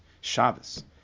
Shabbos